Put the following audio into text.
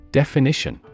definition